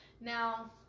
now